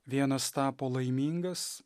vienas tapo laimingas